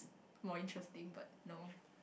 more interesting but no